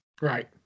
Right